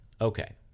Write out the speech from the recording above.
Okay